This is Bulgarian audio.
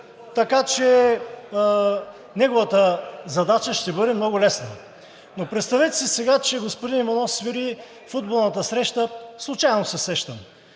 така че неговата задача ще бъде много лесна. Но представете си сега, че господин Иванов свири футболната среща, случайно се сещам,